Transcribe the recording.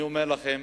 אני אומר לכם,